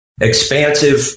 expansive